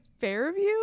Fairview